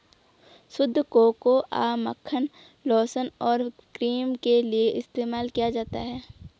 शुद्ध कोकोआ मक्खन लोशन और क्रीम के लिए इस्तेमाल किया जाता है